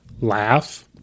laugh